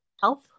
health